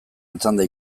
etzanda